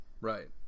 Right